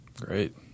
Great